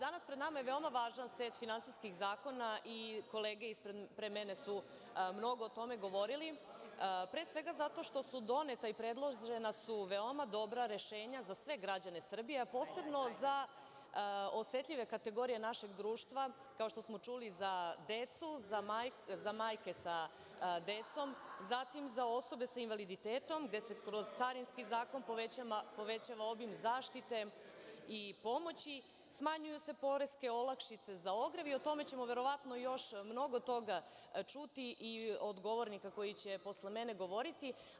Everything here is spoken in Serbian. Danas pred nama je veoma važan set finansijskih zakona i kolege, i pre mene su mnogo o tome govorili, pre svega zato što su doneta i predložena su veoma dobra rešenja za sve građane Srbije, posebno za osetljive kategorije našeg društva, kao što smo čuli za decu, za majke sa decom, zatim za osobe sa invaliditetom, gde se kroz carinski zakon povećava obim zaštite i pomoći, smanjuju se poreske olakšice za ogrev, i o tome ćemo verovatno još mnogo toga čuti i od govornika koji će posle mene govoriti.